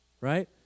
right